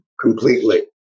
completely